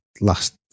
last